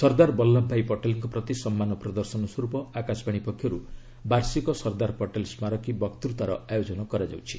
ସର୍ଦ୍ଦାର ବଲ୍ଲଭ ଭାଇ ପଟେଲଙ୍କ ପ୍ରତି ସମ୍ମାନ ପ୍ରଦର୍ଶନ ସ୍ୱରୂପ ଆକାଶବାଣୀ ପକ୍ଷରୁ ବାର୍ଷିକ ସର୍ଦ୍ଦାର ପଟେଲ ସ୍କାରକୀ ବକ୍ତୂତାର ଆୟୋଜନ କରାଯାଉଛି